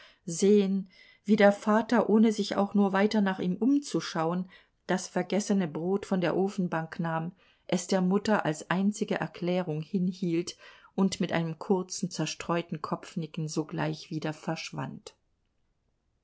sehen wie der vater ohne sich auch nur weiter nach ihm umzuschauen das vergessene brot von der ofenbank nahm es der mutter als einzige erklärung hinhielt und mit einem kurzen zerstreuten kopfnicken sogleich wieder verschwand